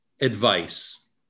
Advice